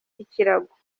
ikirago